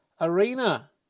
arena